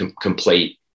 complete